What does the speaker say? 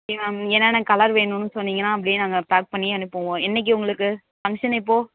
okay ma'am என்னென்ன colour வேணும்னு சொன்னிங்கன்னால் அப்படியே நாங்கள் பேக் பண்ணி அனுப்புவோம் என்றைக்கு உங்களுக்கு ஃபங்க்ஷன் எப்போது